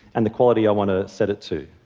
and the quality i want to set it to.